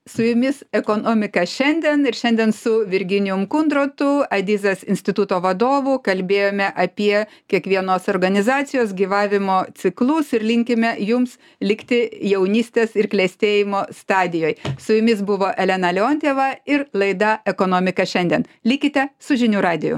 su jumis ekonomika šiandien ir šiandien su virginijum kundrotu aidizės instituto vadovu kalbėjome apie kiekvienos organizacijos gyvavimo ciklus ir linkime jums likti jaunystės ir klestėjimo stadijoj su jumis buvo elena leontjeva ir laida ekonomika šiandien likite su žinių radiju